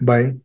Bye